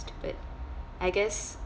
but I guess